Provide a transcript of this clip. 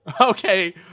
Okay